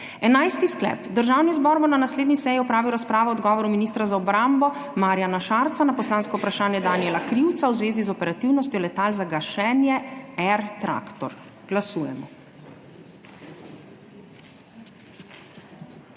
Enajsti sklep: Državni zbor bo na naslednji seji opravil razpravo o odgovoru ministra za obrambo Marjana Šarca na poslansko vprašanje Danijela Krivca v zvezi z operativnostjo letal za gašenje Air Tractor. Glasujemo.